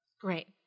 Great